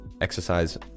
exercise